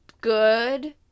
good